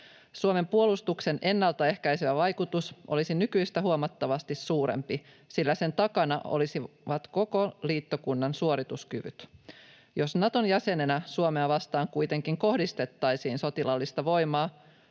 Suomen puolustuksen ennalta ehkäisevä vaikutus olisi nykyistä huomattavasti suurempi, sillä sen takana olisivat koko liittokunnan suorituskyvyt. Jos Naton jäsenenä Suomea vastaan kuitenkin kohdistettaisiin sotilaallista voimaa,